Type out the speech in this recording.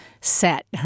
set